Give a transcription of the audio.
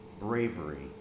bravery